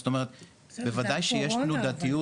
זאת אומרת בוודאי שיש תנודתיות,